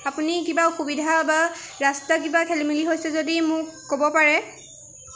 আপুনি কিবা সুবিধা বা ৰাস্তা কিবা খেলিমেলি হৈছে যদি মোক ক'ব পাৰে